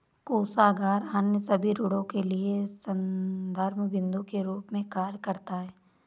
कोषागार अन्य सभी ऋणों के लिए संदर्भ बिन्दु के रूप में कार्य करता है